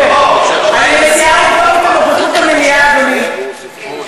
אני מציעה לבדוק את הנוכחות במליאה, אדוני.